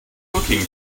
cooking